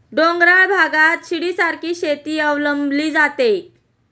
डोंगराळ भागात शिडीसारखी शेती अवलंबली जाते